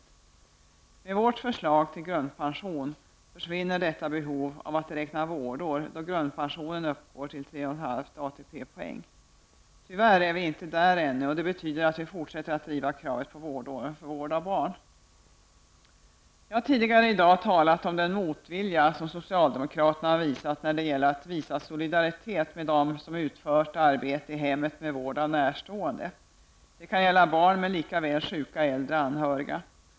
Med vårt förslag till grundpension försvinner behovet av att räkna vårdår då grundpensionen uppgår till 3,5 ATP poäng. Tyvärr är vi inte där ännu. Det betyder att vi fortsätter att driva kravet på vårdår när det gäller vård av barn. Jag har tidigare i dag talat om socialdemkraternas motvilja när det gäller att visa solidaritet med dem som har utfört arbete i hemmet med vård av närstående. Det kan gälla vård av barn. Men det kan lika väl gälla vård av sjuka äldre anhöriga.